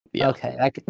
Okay